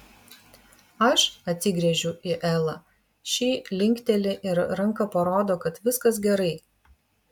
aš atsigręžiu į elą ši linkteli ir ranka parodo kad viskas gerai